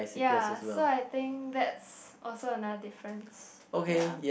ya so I think that's also another difference ya